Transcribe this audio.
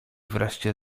wreszcie